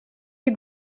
you